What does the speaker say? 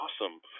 awesome